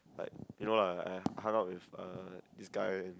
like you know ah I hung out with uh this guy and